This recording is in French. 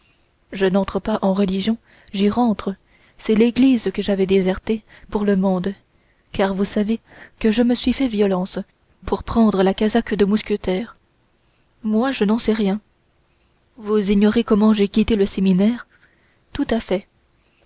je n'entre pas en religion j'y rentre c'est église que j'avais désertée pour le monde car vous savez que je me suis fait violence pour prendre la casaque de mousquetaire moi je n'en sais rien vous ignorez comment j'ai quitté le séminaire tout à fait